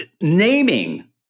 naming